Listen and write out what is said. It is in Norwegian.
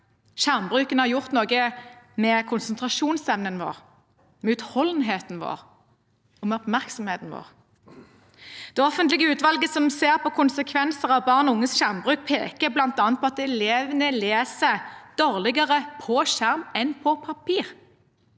Skjermbruken har gjort noe med konsentrasjonsevnen vår, med utholdenheten vår og med oppmerksomheten vår. Det offentlige utvalget som ser på konsekvenser av barn og unges skjermbruk, peker bl.a. på at elevene leser dårligere på skjerm enn på papir.